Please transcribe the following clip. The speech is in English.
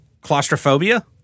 claustrophobia